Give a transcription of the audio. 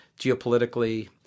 geopolitically